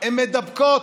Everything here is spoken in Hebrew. הן מידבקות.